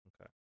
Okay